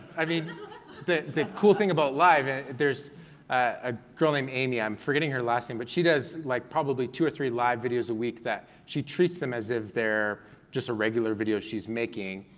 i mean the the cool thing about live, there's a girl named amy, i'm forgetting her last name, but she does like two or three live videos a week that she treats them as if they're just a regular video she's making,